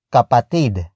Kapatid